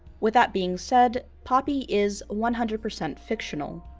with that being said, poppy is one hundred percent fictional.